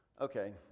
Okay